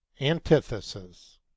Antithesis